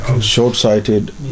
short-sighted